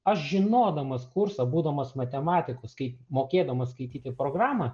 aš žinodamas kursą būdamas matematikos kai mokėdamas skaityti programą